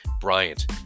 Bryant